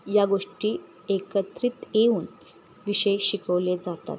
या गोष्टी एकत्रित येऊन विषय शिकवले जातात